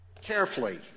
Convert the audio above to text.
Carefully